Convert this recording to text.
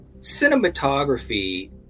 Cinematography